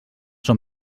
són